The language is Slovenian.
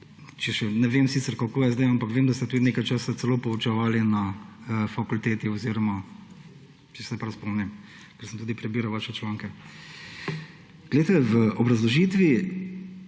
in ne vem sicer, kako je zdaj, ampak vem, da ste tudi nekaj časa celo poučevali na fakulteti, če se prav spomnim, ker sem tudi prebiral vaše članke. Glejte, v obrazložitvi